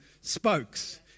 spokes